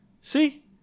See